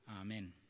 Amen